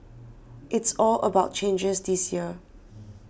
it's all about changes this year